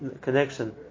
connection